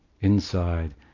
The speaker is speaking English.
inside